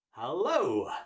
Hello